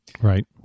Right